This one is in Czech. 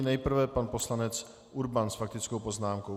Nejprve pan poslanec Urban s faktickou poznámkou.